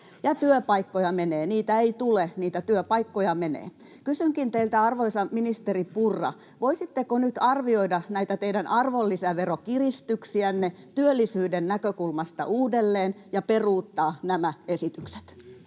Ja työpaikkoja menee. Niitä työpaikkoja ei tule, niitä menee. Kysynkin teiltä, arvoisa ministeri Purra: voisitteko nyt arvioida näitä teidän arvonlisäverokiristyksiänne työllisyyden näkökulmasta uudelleen ja peruuttaa nämä esitykset?